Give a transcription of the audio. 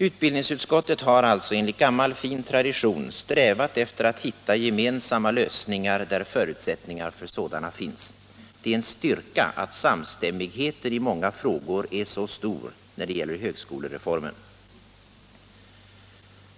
Utbildningsutskottet har alltså enligt gammal fin tradition strävat efter att hitta gemensamma lösningar, där förutsättningar för sådana finns. Det är en styrka att samstämmigheten i många frågor är så stor när det gäller högskolereformen.